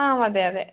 ആ അതെയതെ